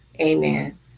amen